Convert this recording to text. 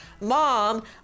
Mom